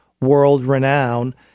world-renowned